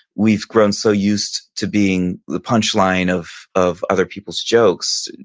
we've grown so used to being the punchline of of other people's jokes,